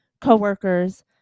coworkers